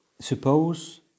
suppose